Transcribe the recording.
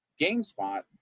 Gamespot